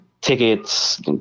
Tickets